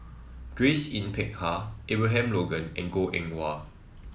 Grace Yin Peck Ha Abraham Logan and Goh Eng Wah